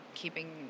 keeping